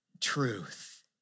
truth